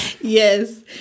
Yes